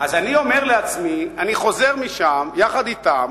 אני אומר לעצמי: אני חוזר משם, יחד אתם.